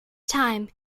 time